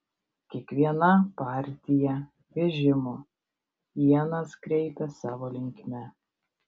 kiekviena partija vežimo ienas kreipė savo linkme